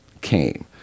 came